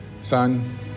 Son